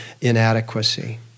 inadequacy